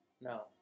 No